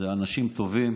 זה אנשים טובים